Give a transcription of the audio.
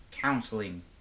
counseling